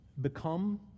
Become